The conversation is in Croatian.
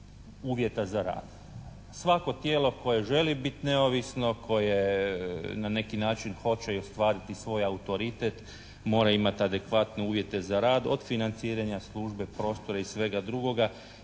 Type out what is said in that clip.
uvjeta za rad. Svako tijelo koje želi biti neovisno, koje na neki način hoće i ostvariti svoj autoritet mora imati adekvatne uvjete za rad od financiranja službe prostora i svega drugoga.